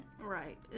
Right